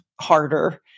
harder